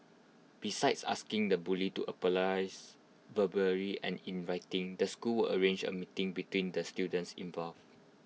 besides asking the bully to verbally and in writing the school arrange A meeting between the students involved